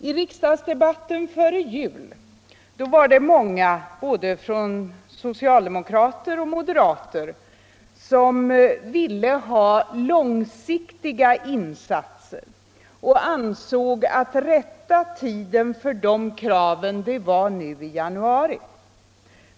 I riksdagsdebatten före jul var det många, både socialdemokrater och moderater, som ville ha långsiktiga insatser och ansåg att rätta tiden för de kraven var nu i januari.